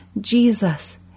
Jesus